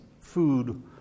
food